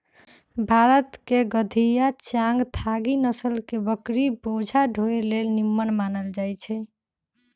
भारतके गद्दी आ चांगथागी नसल के बकरि बोझा ढोय लेल निम्मन मानल जाईछइ